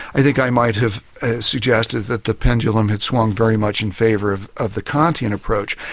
i think i might have suggested that the pendulum had swung very much in favour of of the kantian approach.